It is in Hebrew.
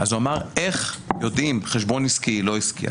הוא אמר: איך יודעים אם חשבון הוא עסקי, לא עסקי.